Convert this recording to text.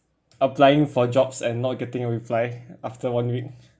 applying for jobs and not getting a reply after one week